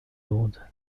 lourde